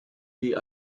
wie